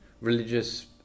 religious